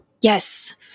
Yes